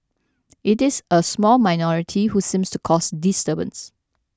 it is a small minority who seems to cause disturbance